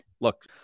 Look